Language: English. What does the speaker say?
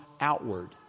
outward